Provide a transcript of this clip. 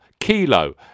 Kilo